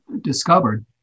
discovered